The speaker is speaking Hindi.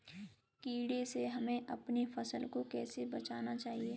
कीड़े से हमें अपनी फसल को कैसे बचाना चाहिए?